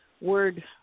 word